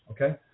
okay